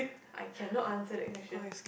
I cannot answer that question